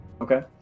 Okay